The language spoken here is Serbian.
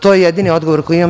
To je jedini odgovor koji imam.